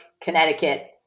Connecticut